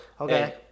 Okay